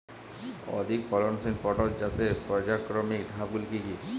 অধিক ফলনশীল পটল চাষের পর্যায়ক্রমিক ধাপগুলি কি কি?